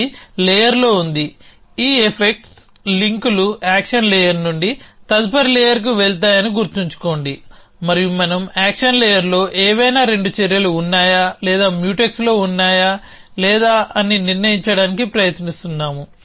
అది లేయర్లో ఉంది ఈ ఎఫెక్ట్ లింక్లు యాక్షన్ లేయర్ నుండి తదుపరి లేయర్కి వెళ్తాయని గుర్తుంచుకోండి మరియు మనం యాక్షన్ లేయర్లో ఏవైనా రెండు చర్యలు ఉన్నాయా లేదా మ్యూటెక్స్లో ఉన్నాయా లేదా అని నిర్ణయించడానికి ప్రయత్నిస్తున్నాము